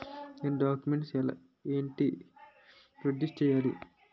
నేను డాక్యుమెంట్స్ ఏంటి ప్రొడ్యూస్ చెయ్యాలి?